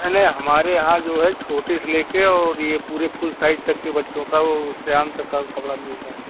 नहीं नहीं हमारे यहाँ जो है छोटे से लेकर और यह पूरे फुल साइज़ तक के बच्चों का वह सयान तक का कपड़ा मिलता है